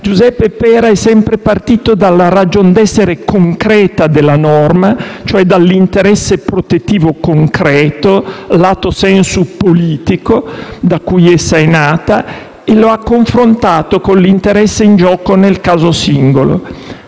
Giuseppe Pera è sempre partito dalla ragion d'essere concreta della norma, cioè dall'interesse protettivo reale (*lato sensu* politico) da cui essa è nata, e lo ha confrontato con l'interesse in gioco nel caso singolo.